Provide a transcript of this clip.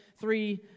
three